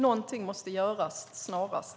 Någonting måste göras snarast.